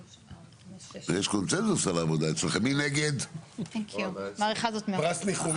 6 נגד, 7 נמנעים,